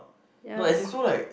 ya that is